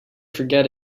forget